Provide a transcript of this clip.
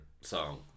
song